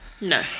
No